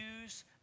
use